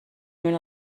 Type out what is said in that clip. اینو